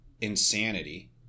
insanity